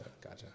gotcha